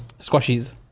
squashies